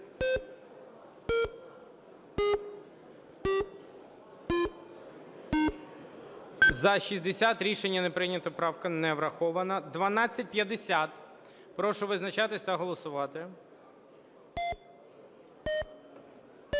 За-60 Рішення не прийнято, правка не врахована. 1250. Прошу визначатись та голосувати.